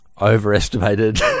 overestimated